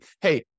hey